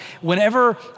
whenever